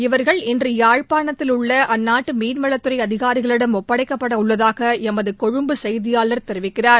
இவர்கள் இன்று யாழ்ப்பாணத்தில் உள்ள அந்நாட்டு மீன்வளத்துறை அதிகாரிகளிடம் ஒப்படைக்கப்பட உள்ளதாக எமது கொழும்பு செய்தியாளர் தெரிவிக்கிறார்